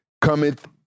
cometh